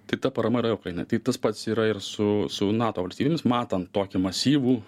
tai ta parama yra ukrainoj tik tas pats yra ir su su nato valstybėmis matant tokį masyvų